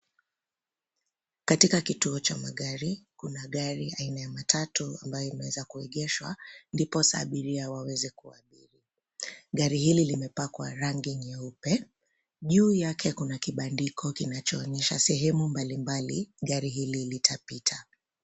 Katika kituo cha magari kuna gari aina ya matatu ambayo imeweza kuegeshwa ndiposa abiria waweze kuabiri. Gari hili limepakwa rangi nyeupe. Juu yake kuna kibandiko kinachoonyesha sehemu mbalimbali gari hili litapita.